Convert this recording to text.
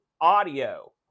audio